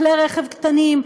כלי רכב קטנים,